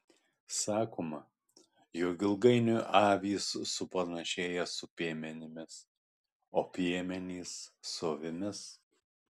sakoma jog ilgainiui avys supanašėja su piemenimis o piemenys su avimis